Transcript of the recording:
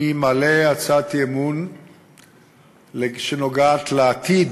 אני מעלה הצעת אי-אמון שנוגעת לעתיד